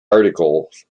articles